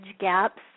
gaps